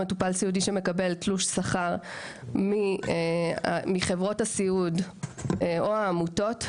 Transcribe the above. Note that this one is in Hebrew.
מטופל סיעודי שמקבל תלוש שכר מחברות הסיעוד או מהעמותות,